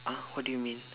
!huh! what do you mean